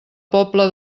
pobla